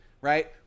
right